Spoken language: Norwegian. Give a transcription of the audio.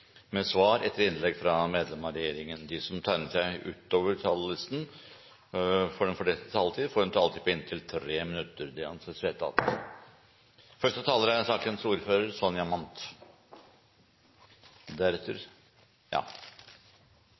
med svar etter innlegg fra medlem av regjeringen innenfor den fordelte taletid. Videre blir det foreslått at de som måtte tegne seg på talerlisten utover den fordelte taletid, får en taletid på inntil 3 minutter. – Det anses vedtatt.